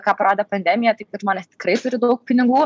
ką parodė pandemija tai kad žmonės tikrai turi daug pinigų